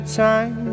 time